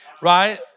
Right